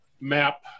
map